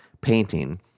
painting